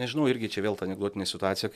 nežinau irgi čia vėl ta anekdotinė situacija